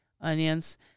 onions